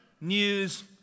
news